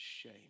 shame